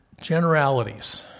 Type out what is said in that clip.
Generalities